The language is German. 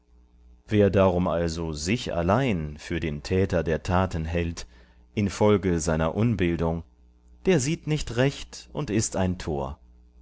wer darum also sich allein für den täter der taten hält infolge seiner unbildung der sieht nicht recht und ist ein tor